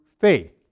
faith